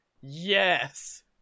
Yes